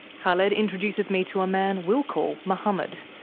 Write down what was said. khaled introduces me to a man we'll call mohammed.